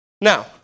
Now